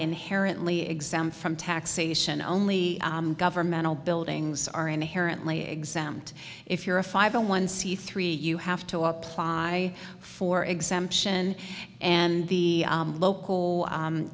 inherently exempt from taxation only governmental buildings are inherently exempt if you're a five a one c three you have to apply for exemption and the local